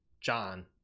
john